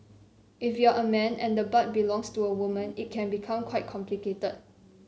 if you're a man and the butt belongs to a woman it can become quite complicated